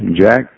Jack